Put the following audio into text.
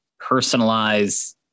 personalize